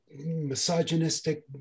misogynistic